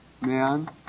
man